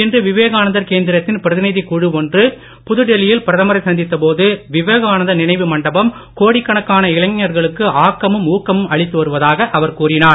இன்று விவேகானந்தர் கேந்திரத்தின் பிரதிநிதிக் குழு ஒன்று இன்று புதுடெல்லியில் பிரதமரை சந்தித்த போது விவேகானந்தர் நினைவு மண்டபம் கோடிக்கணக்கான இளைஞர்களுக்கு ஆக்கமும் ஊக்கமும் அளித்து வருவதாக கூறினார்